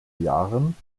jahren